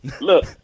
Look